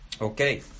Okay